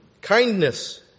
kindness